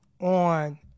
on